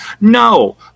No